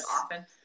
often